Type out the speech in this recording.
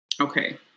Okay